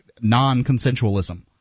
non-consensualism